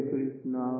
Krishna